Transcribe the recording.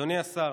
אדוני השר,